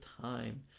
time